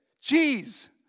Cheese